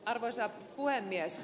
arvoisa puhemies